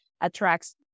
attracts